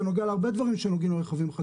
זה נוגע להרבה דברים שנוגעים לרכבים חדשים.